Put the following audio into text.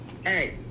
Hey